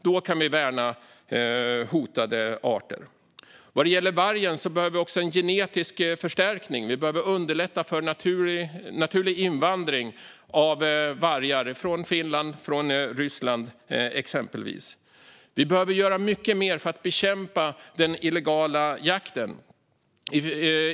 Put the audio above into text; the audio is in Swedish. Då kan vi värna hotade arter. Vad gäller vargen behöver vi också en genetisk förstärkning. Vi behöver underlätta för naturlig invandring av vargar från exempelvis Finland och Ryssland. Vi behöver göra mycket mer för att bekämpa den illegala jakten.